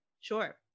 Sure